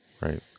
right